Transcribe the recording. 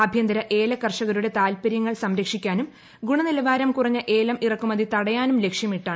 ആഭ്യന്തര ഏല കർഷകരുടെ താല്പര്യങ്ങൾ സംരക്ഷിക്കാനും ഗുണനിലവാരം കുറഞ്ഞ ഏലം ഇറക്കുമതി തടയാനും ലക്ഷ്യമിട്ടാണിത്